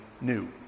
new